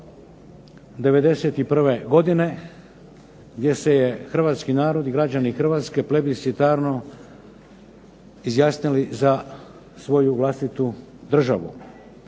'91. godine gdje se je hrvatski narod i građani Hrvatske plebiscitarno izjasnili za svoju vlastitu državu.